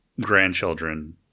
grandchildren